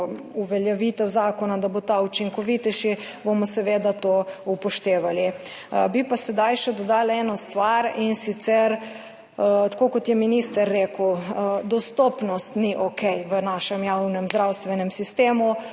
uveljavitev zakona, da bo ta učinkovitejši, bomo seveda to upoštevali. Bi pa sedaj še dodala eno stvar, in sicer, tako kot je minister rekel, dostopnost ni okej v našem javnem zdravstvenem sistemu,